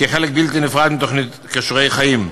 כחלק בלתי נפרד מתוכנית "כישורי חיים".